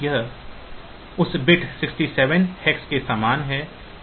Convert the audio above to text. तो यह उस बिट 67 hex के समान है